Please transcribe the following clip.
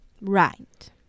right